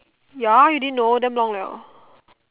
ya you didn't know damn long liao